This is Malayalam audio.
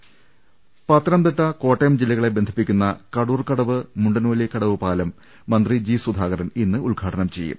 രുട്ട്ട്ട്ട്ട്ട്ട്ട്ട പത്തനംതിട്ട കോട്ടയം ജില്ലകളെ ബന്ധിപ്പിക്കുന്ന കടൂർ കടവ് മുണ്ട നോലി കടവ് പാലം മന്ത്രി ജി സുധാകരൻ ഇന്ന് ഉദ്ഘാടനം ചെയ്യും